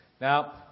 Now